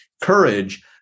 courage